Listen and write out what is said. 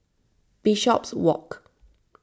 Bishopswalk